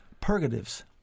purgatives